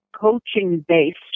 coaching-based